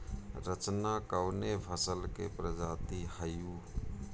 रचना कवने फसल के प्रजाति हयुए?